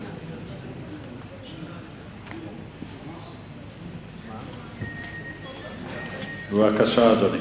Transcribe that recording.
בבקשה, אדוני.